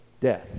death